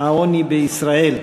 העוני בישראל.